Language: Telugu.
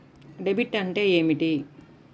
డెబిట్ అంటే ఏమిటి?